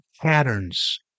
patterns